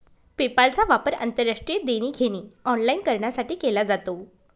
पेपालचा वापर आंतरराष्ट्रीय देणी घेणी ऑनलाइन करण्यासाठी केला जातो